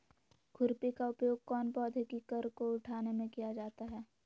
खुरपी का उपयोग कौन पौधे की कर को उठाने में किया जाता है?